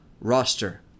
roster